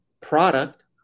product